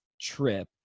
trip